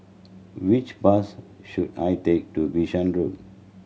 which bus should I take to Bishan Road